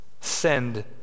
send